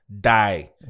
die